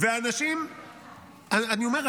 אני אומר,